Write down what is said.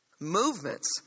movements